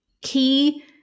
Key